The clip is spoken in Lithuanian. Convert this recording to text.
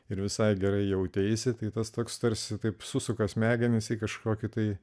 ir visai gerai jauteisi tai tas toks tarsi taip susuka smegenis į kažkokį tai